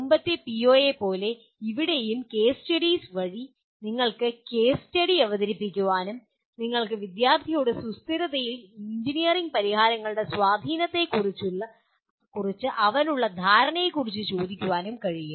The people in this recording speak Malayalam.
മുമ്പത്തെ പിഒയെപ്പോലെ ഇവിടെയും കേസ് സ്റ്റഡീസ് വഴി നിങ്ങൾക്ക് കേസ് സ്റ്റഡി അവതരിപ്പിക്കാനും നിങ്ങൾക്ക് വിദ്യാർത്ഥിയോട് സുസ്ഥിരതയിൽ എഞ്ചിനീയറിംഗ് പരിഹാരങ്ങളുടെ സ്വാധീനത്തെക്കുറിച്ച് അവനുള്ള ധാരണയെക്കുറിച്ച് ചോദിക്കാനും കഴിയും